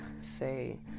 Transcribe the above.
say